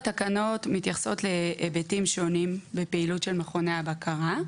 התקנות מתייחסות להיבטים שונים בפעילות של מכוני הבקרה,